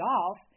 Golf